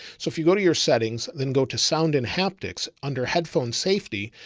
so if you go to your settings, then go to sound and haptics under headphones safety.